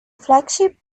flagship